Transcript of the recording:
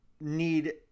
need